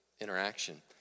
interaction